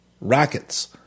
Rackets